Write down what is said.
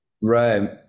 Right